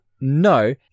no